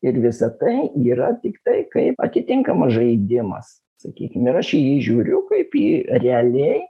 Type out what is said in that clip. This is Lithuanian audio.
ir visa tai yra tiktai kaip atitinkamas žaidimas sakykim ir aš į jį žiūriu kaip į realiai